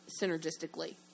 synergistically